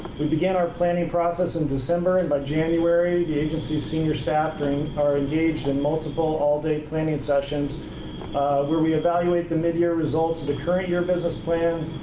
we began our planning process in december, and by january, the agency's senior staff are engaged in multiple all day planning sessions where we evaluate the midyear results of the current year business plan,